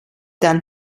dann